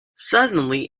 suddenly